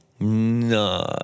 No